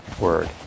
word